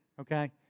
okay